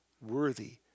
Worthy